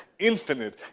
infinite